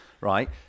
right